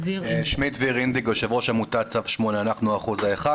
אני יו"ר עמותת צו 8, אנחנו האחוז האחד.